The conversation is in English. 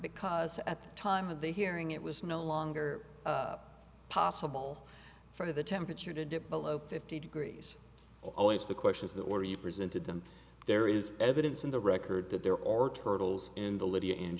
because at the time of the hearing it was no longer possible for the temperature to dip below fifty degrees always the questions that were you presented them there is evidence in the record that there are turtles in